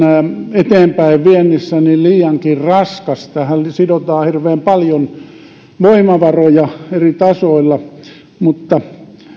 eteenpäinviennissä liiankin raskas tähän sidotaan hirveän paljon voimavaroja eri tasoilla mutta